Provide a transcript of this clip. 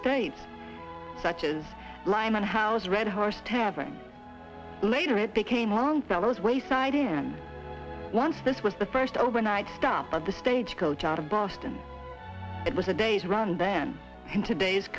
such as lyman house red horse tavern later it became longfellow's wayside him once this was the first overnight stop at the stagecoach out of boston it was a day's run then and today's